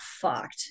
fucked